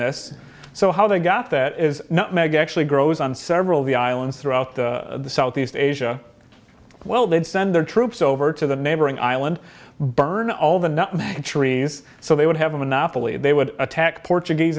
this so how they got that is mag actually grows on several of the islands throughout the southeast asia well they'd send their troops over to the neighboring island burn all the nut trees so they would have a monopoly they would attack portuguese